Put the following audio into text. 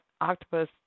Octopus